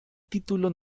título